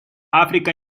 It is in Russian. африка